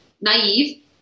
naive